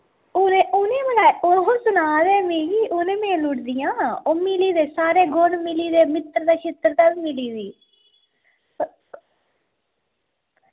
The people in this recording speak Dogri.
उनें बी सनाया ओह् सनाऽ दे हे मिगी की उनें मेल ओड़ी दियां ओह् मिली दे सारे गुण मिली दे ते उंदी शत्रुता बी मिली दी